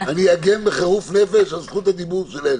אני אגן בחירוף נפש על זכות הדיבור של אלי.